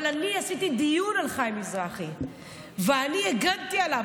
אבל אני עשיתי דיון על חיים מזרחי ואני הגנתי עליו,